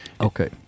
Okay